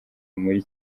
muri